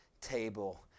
table